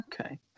Okay